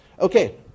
Okay